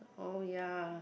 oh ya